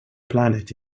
planet